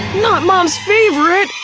not mom's favorite!